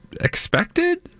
expected